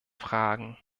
fragen